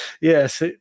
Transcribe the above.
yes